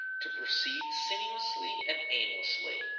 to proceed sinuously and aimlessly.